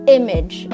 image